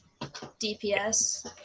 DPS